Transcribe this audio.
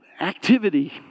activity